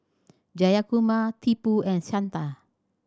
Jayakumar Tipu and Santha